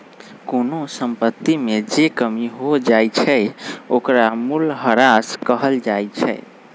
कोनो संपत्ति में जे कमी हो जाई छई ओकरा मूलहरास कहल जाई छई